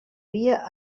via